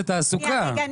זאת תעסוקה.